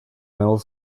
middle